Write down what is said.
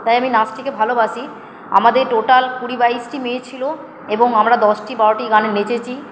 তাই আমি নাচটাকে ভালোবাসি আমাদের টোটাল কুড়ি বাইশটি মেয়ে ছিল এবং আমরা দশটি বারোটি গানে নেচেছি